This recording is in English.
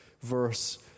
verse